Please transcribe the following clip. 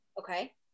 Okay